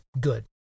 good